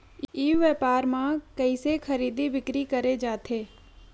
ई व्यापार म कइसे खरीदी बिक्री करे जाथे?